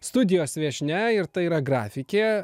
studijos viešnia ir tai yra grafikė